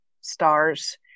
stars